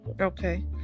Okay